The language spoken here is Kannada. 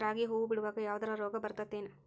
ರಾಗಿ ಹೂವು ಬಿಡುವಾಗ ಯಾವದರ ರೋಗ ಬರತೇತಿ ಏನ್?